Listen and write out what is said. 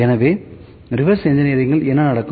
எனவே reverse engineering இல் என்ன நடக்கும்